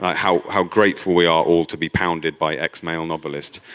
like how how grateful we are all to be pounded by x male novelist.